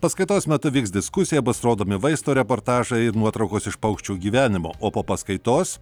paskaitos metu vyks diskusija bus rodomi vaizdo reportažai ir nuotraukos iš paukščių gyvenimo o po paskaitos